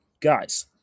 guys